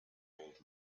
old